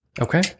Okay